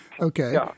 Okay